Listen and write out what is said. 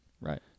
Right